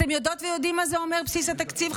אתם יודעות ויודעים מה זה אומר בסיס התקציב,